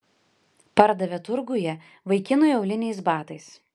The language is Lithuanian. pardavė turguje vaikinui auliniais batais